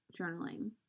journaling